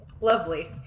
Lovely